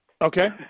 Okay